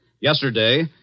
Yesterday